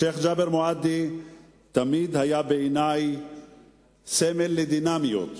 שיח' ג'בר מועדי תמיד היה בעיני סמל לדינמיות,